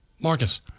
marcus